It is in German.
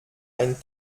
ein